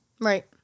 Right